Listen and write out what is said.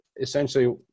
essentially